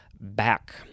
back